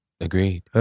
Agreed